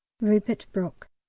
rupert brooke.